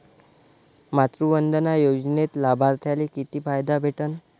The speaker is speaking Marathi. मातृवंदना योजनेत लाभार्थ्याले किती फायदा भेटन?